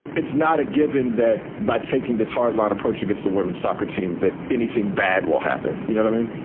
it's not a given that by taking this hard line approach against the women's soccer team that anything bad will happen you know, i mean,